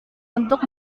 untuk